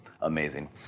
amazing